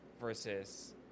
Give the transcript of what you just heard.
versus